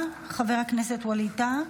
חבר הכנסת ווליד טאהא,